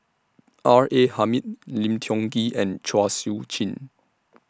R A Hamid Lim Tiong Ghee and Chua Sian Chin